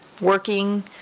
working